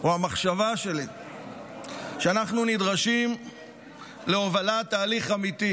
או המחשבה שלי היא שאנחנו נדרשים להובלת תהליך אמיתי,